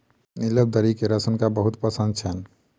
नीलबदरी के रस हुनका बहुत पसंद छैन